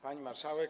Pani Marszałek!